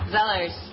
Zellers